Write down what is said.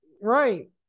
Right